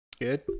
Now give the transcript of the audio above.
Good